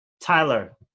Tyler